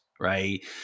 right